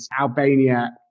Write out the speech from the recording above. Albania